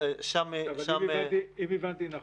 אם הבנתי נכון,